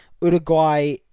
Uruguay